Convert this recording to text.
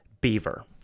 Beaver